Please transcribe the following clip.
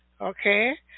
okay